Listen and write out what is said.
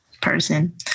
person